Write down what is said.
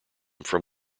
from